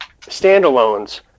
standalones